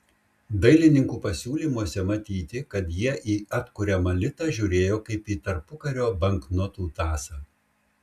dailininkų pasiūlymuose matyti kad jie į atkuriamą litą žiūrėjo kaip į tarpukario banknotų tąsą